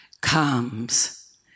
comes